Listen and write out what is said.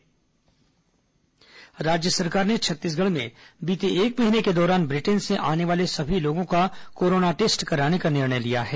corona Britain जांच राज्य सरकार ने छत्तीसगढ़ में बीते एक महीने के दौरान ब्रिटेन से आने वाले सभी लोगों का कोरोना टेस्ट कराने का निर्णय लिया है